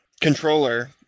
controller